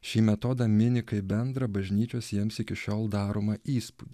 šį metodą mini kaip bendrą bažnyčios jiems iki šiol daromą įspūdį